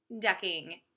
ducking